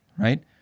right